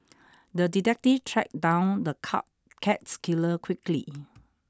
the detective tracked down the card cat killer quickly